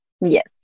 Yes